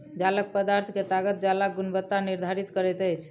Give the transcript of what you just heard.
जालक पदार्थ के ताकत जालक गुणवत्ता निर्धारित करैत अछि